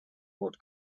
what